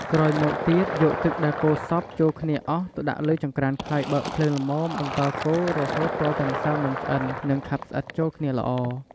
ក្រោយមកទៀតយកទឹកដែលកូរសព្វចូលគ្នាអស់ទៅដាក់លើចង្រ្កាន ហើយបើកភ្លើងល្មមបន្តកូររហូតទាល់តែម្សៅនំឆ្អិននិងខាប់ស្អិតចូលគ្នាល្អ។